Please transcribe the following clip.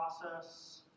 process